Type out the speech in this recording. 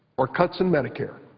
or cuts in medicare.